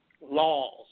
laws